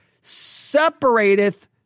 separateth